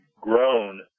grown